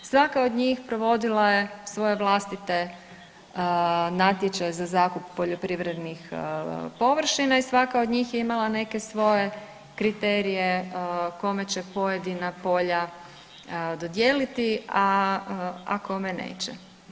Svaka od njih provodila je svoje vlastite natječaje za zakup poljoprivrednih površina i svaka od njih je imala neke svoje kriterije kome će pojedina polja dodijeliti, a kome neće.